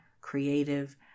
creative